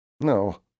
No